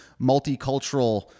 multicultural